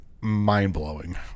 mind-blowing